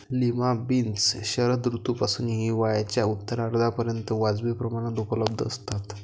lima beans शरद ऋतूपासून हिवाळ्याच्या उत्तरार्धापर्यंत वाजवी प्रमाणात उपलब्ध असतात